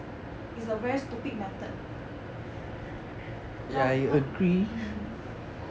is a very stupid method now now